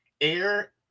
air